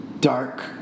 dark